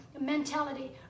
mentality